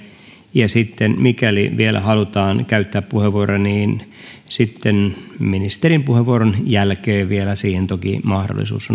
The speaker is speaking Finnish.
ja mikäli sitten vielä halutaan käyttää puheenvuoroja niin sitten ministerin puheenvuoron jälkeen vielä siihen toki mahdollisuus